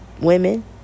women